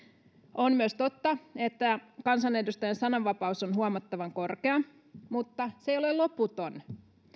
on myös totta että kansanedustajan sananvapaus on huomattavan korkea mutta se ei ole loputon